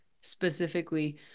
specifically